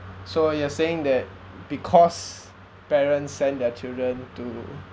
so you are saying that because parents send their children to